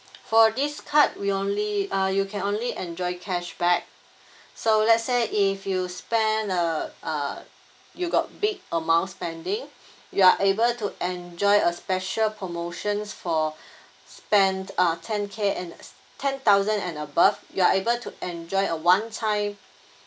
for this card we only uh you can only enjoy cashback so let's say if you spend a uh you got big amount spending you are able to enjoy a special promotions for spend uh ten K and ten thousand and above you are able to enjoy a one time